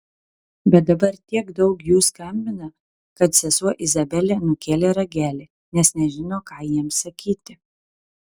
bet dabar tiek daug jų skambina kad sesuo izabelė nukėlė ragelį nes nežino ką jiems sakyti